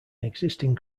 existing